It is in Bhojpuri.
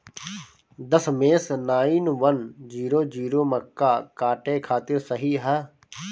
दशमेश नाइन वन जीरो जीरो मक्का काटे खातिर सही ह?